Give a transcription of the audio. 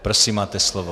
Prosím, máte slovo.